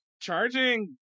charging